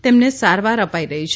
તેમને સારવાર અપાઈ રહી છે